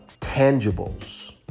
tangibles